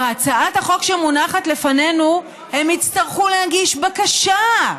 בהצעת החוק שמונחת לפנינו הם יצטרכו להגיש בקשה,